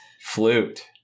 flute